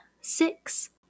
Six